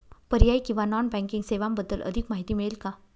पर्यायी किंवा non banking सेवांबद्दल अधिक माहिती मिळेल का?